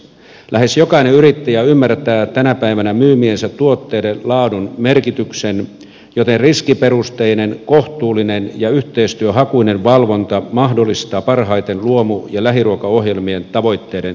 lähes jokainen yrittäjä ymmärtää tänä päivänä myymiensä tuotteiden laadun merkityksen joten riskiperusteinen kohtuullinen ja yhteistyöhakuinen valvonta mahdollistaa parhaiten luomu ja lähiruokaohjelmien tavoitteiden toteutumisen